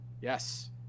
yes